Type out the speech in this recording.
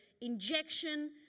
injection